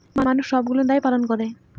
মানুষ সবগুলো দায় পালন করে